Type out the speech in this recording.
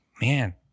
man